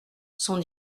sont